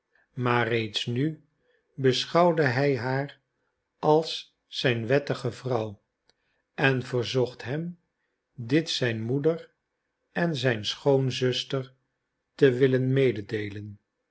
maar reeds nu beschouwde hij haar als zijn wettige vrouw en verzocht hem dit zijn moeder en zijn schoonzuster te willen mededeelen